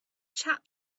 chap